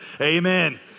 amen